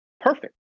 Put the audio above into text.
perfect